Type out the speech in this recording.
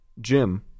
Jim